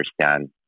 understand